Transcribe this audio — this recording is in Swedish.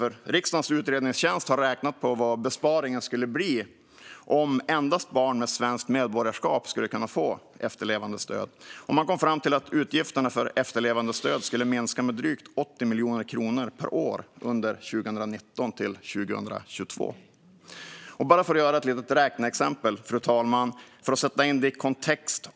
Riksdagens utredningstjänst har räknat på vad besparingen skulle bli om endast barn med svenskt medborgarskap skulle kunna få efterlevandestöd. Man kom fram till att utgifterna för efterlevandestöd skulle minska med drygt 80 miljoner kronor per år under 2019-2022. Fru talman! Låt oss bara göra ett litet räkneexempel för att sätta in detta i en kontext.